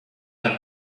have